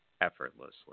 effortlessly